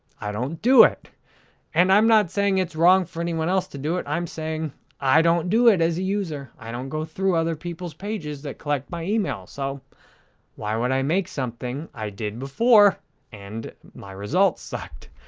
i don't do it and i'm not saying it's wrong for anyone else to do it, i'm saying i don't do it as a user. i don't go through other people's pages that collect my email, so why would i make something? i did before and my results sucked.